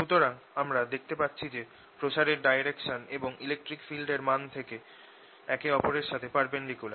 সুতরাং আমরা দেখতে পাচ্ছি যে প্রসারের ডাইরেকশন এবং ইলেকট্রিক ফিল্ডের মান একে ওপরের সাথে পারপেন্ডিকুলার